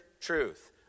truth